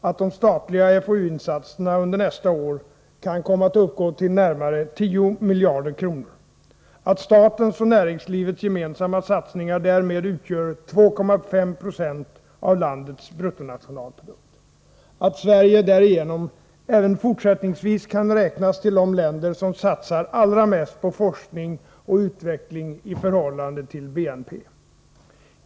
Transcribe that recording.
att de statliga FoU-insatserna under nästa år kan komma att uppgå till närmare 10 miljarder kronor, att statens och näringslivets gemensamma satsningar därmed utgör 2,5 I av landets bruttonationalprodukt, att Sverige därigenom även fortsättningsvis kan räknas till de länder som satsar allra mest på forskning och utveckling i förhållande till BNP.